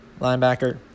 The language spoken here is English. Linebacker